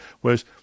Whereas